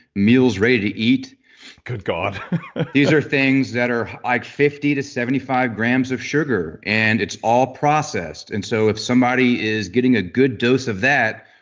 meals ready to eat good god these are things that are ah fifty to seventy five grams of sugar. and it's all processed. and so if somebody is getting a good dose of that,